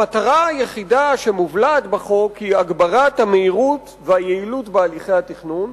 המטרה היחידה המובלעת בחוק היא הגברת המהירות והיעילות בהליכי התכנון.